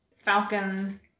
Falcon